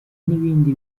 n’ibindi